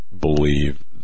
believe